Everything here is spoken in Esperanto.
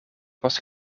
post